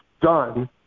done